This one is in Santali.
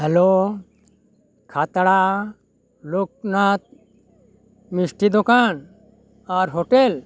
ᱦᱮᱞᱳ ᱠᱷᱟᱛᱲᱟ ᱞᱳᱠᱱᱟᱛᱷ ᱢᱤᱥᱴᱤ ᱫᱚᱠᱟᱱ ᱟᱨ ᱦᱳᱴᱮᱞ